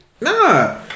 Nah